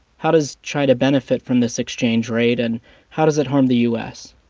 how does china benefit from this exchange rate? and how does it harm the u s?